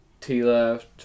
T-left